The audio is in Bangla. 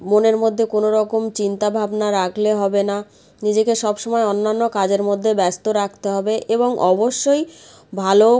মনের মধ্যে কোনো রকম চিন্তা ভাবনা রাখলে হবে না নিজেকে সব সময় অন্য অন্য কাজের মধ্যে ব্যস্ত রাখতে হবে এবং অবশ্যই ভালো